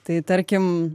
tai tarkim